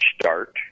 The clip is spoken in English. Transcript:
start